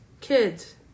kids